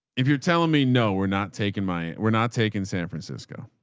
if you're telling me no, we're not taking my we're not taking san francisco.